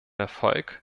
erfolg